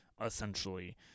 essentially